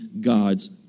God's